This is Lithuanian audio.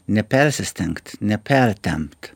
nepersistengt nepertempt